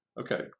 Okay